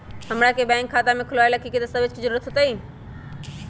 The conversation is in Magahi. हमरा के बैंक में खाता खोलबाबे ला की की दस्तावेज के जरूरत होतई?